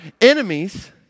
enemies